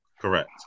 Correct